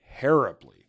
terribly